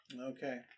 Okay